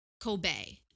Kobe